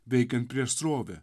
veikiant prieš srovę